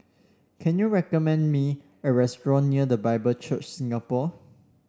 can you recommend me a restaurant near The Bible Church Singapore